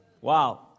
Wow